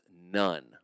none